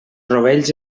rovells